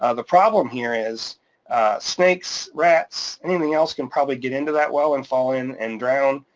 ah the problem here is snakes, rats, anything else can probably get into that well and fall in and drown.